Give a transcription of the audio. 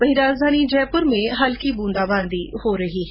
वहीं राजधानी जयपुर में हल्की बूंदाबादी हो रही है